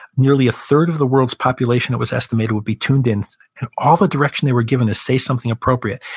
nearly a third of the world's population, it was estimated, would be tuned in. and all the direction they were given is, say something appropriate.